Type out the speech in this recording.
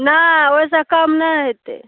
नहि ओहिसँ कम नहि हेतै